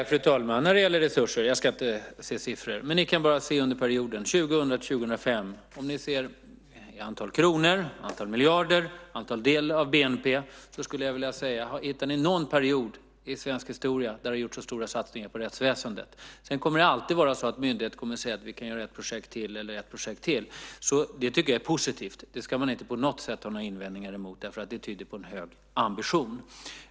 Fru talman! När det gäller resurser ska jag inte dra några siffror. Men ni kan bara se antal kronor, antal miljarder, andelen av bnp under perioden 2000-2005. Kan ni hitta någon period i svensk historia där det har gjorts så stora satsningar på rättsväsendet? Sedan kommer det alltid att vara så att myndigheter kommer att säga att de kan göra ett projekt till och ett projekt till. Det tycker jag är positivt. Det ska man inte på något sätt ha några invändningar emot, därför att det tyder på en hög ambition.